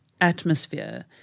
atmosphere